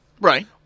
right